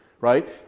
right